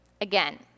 Again